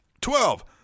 Twelve